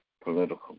political